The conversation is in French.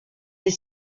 des